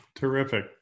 Terrific